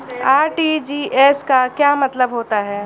RTGS का क्या मतलब होता है?